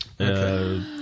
Okay